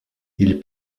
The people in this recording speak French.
ils